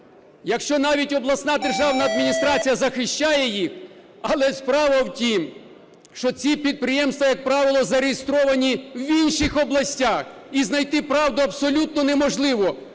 якщо навіть обласна державна адміністрація захищає їх, але справа в тім, що ці підприємства, як правило, зареєстровані в інших областях і знайти правду абсолютно неможливо.